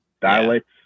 dialects